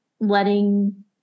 letting